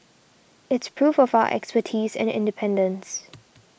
it's proof far expertise and independence